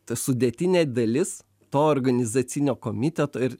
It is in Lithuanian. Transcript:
ta sudėtinė dalis to organizacinio komiteto ir